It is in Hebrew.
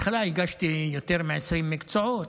הגשתי יותר מ-20 מקצועות,